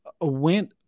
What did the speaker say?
went